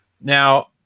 Now